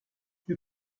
you